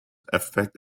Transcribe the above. affect